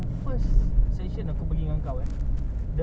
like handmade ah like kau tahu tak D_I_Y